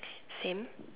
same